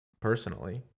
personally